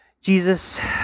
Jesus